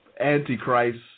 Antichrist